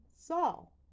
Saul